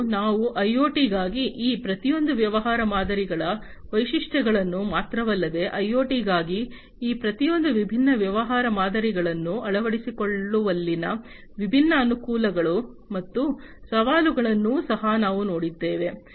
ಮತ್ತು ನಾವು ಐಒಟಿಗಾಗಿ ಈ ಪ್ರತಿಯೊಂದು ವ್ಯವಹಾರ ಮಾದರಿಗಳ ವೈಶಿಷ್ಟ್ಯಗಳನ್ನು ಮಾತ್ರವಲ್ಲದೆ ಐಒಟಿಗಾಗಿ ಈ ಪ್ರತಿಯೊಂದು ವಿಭಿನ್ನ ವ್ಯವಹಾರ ಮಾದರಿಗಳನ್ನು ಅಳವಡಿಸಿಕೊಳ್ಳುವಲ್ಲಿನ ವಿಭಿನ್ನ ಅನುಕೂಲಗಳು ಮತ್ತು ಸವಾಲುಗಳನ್ನೂ ಸಹ ನಾವು ನೋಡಿದ್ದೇವೆ